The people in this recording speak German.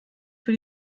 für